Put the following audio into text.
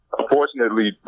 unfortunately